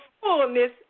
fullness